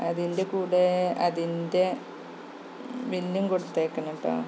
അതിൻ്റെ കൂടെ അതിൻ്റെ ബില്ലും കൊടുത്തയക്കണം കേട്ടോ